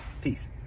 peace